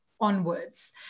onwards